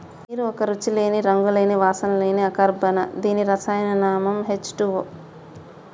నీరు ఒక రుచి లేని, రంగు లేని, వాసన లేని అకర్బన దీని రసాయన నామం హెచ్ టూవో